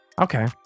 Okay